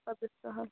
پتہٕ حظ چھُ سَہَل